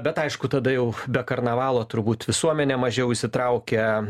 bet aišku tada jau be karnavalo turbūt visuomenė mažiau įsitraukia